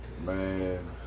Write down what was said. man